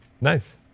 nice